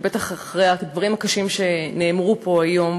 ובטח אחרי הדברים הקשים שנאמרו פה היום,